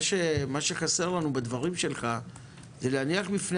מה שחסר לנו בדברים שלך זה להניח בפני